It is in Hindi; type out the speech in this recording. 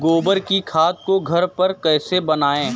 गोबर की खाद को घर पर कैसे बनाएँ?